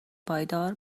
پایدار